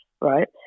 right